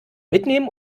mitnehmen